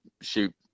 shoot